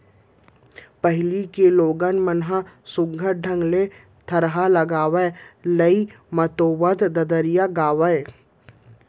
पहिली के लोगन मन सुग्घर ढंग ले थरहा लगावय, लेइ मतोवत ददरिया गावयँ